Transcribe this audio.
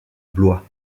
blois